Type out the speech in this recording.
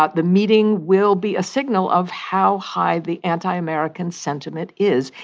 ah the meeting will be a signal of how high the anti-american sentiment is.